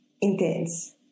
intense